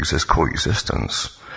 coexistence